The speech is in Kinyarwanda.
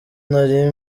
nari